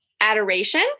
adoration